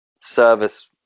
service